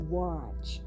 watch